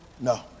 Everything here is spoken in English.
no